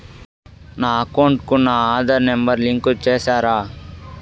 నా అకౌంట్ కు నా ఆధార్ నెంబర్ లింకు చేసారా